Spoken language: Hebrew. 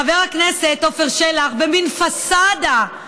חבר הכנסת עפר שלח, במין פסאדה,